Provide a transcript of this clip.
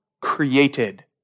created